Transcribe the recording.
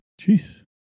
Jeez